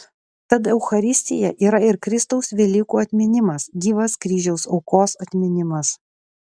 tad eucharistija yra ir kristaus velykų atminimas gyvas kryžiaus aukos atminimas